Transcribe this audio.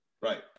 right